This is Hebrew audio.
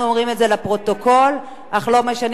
אנחנו אומרים את זה לפרוטוקול אך לא משנים.